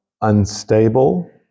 unstable